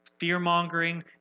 fear-mongering